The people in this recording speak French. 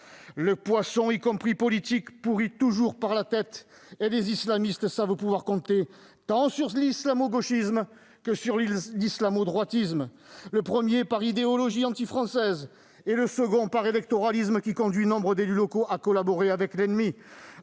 Le poisson, y compris politique, pourrit toujours par la tête. Les islamistes savent pouvoir compter tant sur l'islamo-gauchisme que sur l'islamo-droitisme, le premier par idéologie antifrançaise et le second par électoralisme, lequel conduit nombre d'élus locaux à collaborer avec l'ennemi.